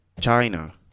China